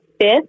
fifth